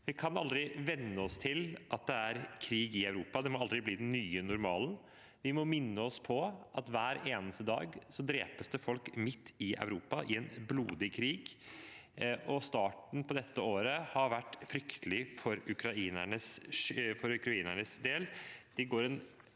Vi kan aldri venne oss til at det er krig i Europa. Det må aldri bli den nye normalen. Vi må minne oss på at det hver eneste dag drepes folk midt i Europa, i en blodig krig. Starten på dette året har vært fryktelig for ukrainernes del.